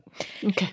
Okay